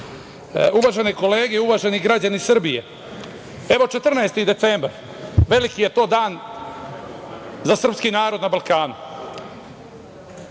Vlade. Uvažene kolege i uvaženi građani Srbije, evo, 14. decembar, veliki je to dan za srpski narod na Balkanu.